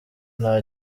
nta